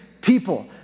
people